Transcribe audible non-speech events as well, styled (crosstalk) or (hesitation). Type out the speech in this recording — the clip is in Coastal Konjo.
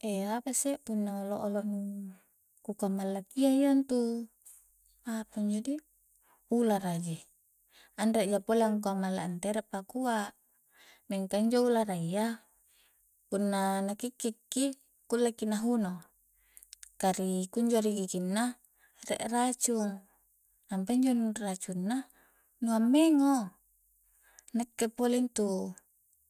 (hesitation) apasse punna olo-olo nu ku kamallakia iyantu apanjo di ulara ji anre ja pole angkua malla antere pakua mingka injo ularayya punna na kikki ki kulle ki nahuno ka ri kunjo ri giginna rie racung nampa injo nu racungna nu ammengo nakkke pole intu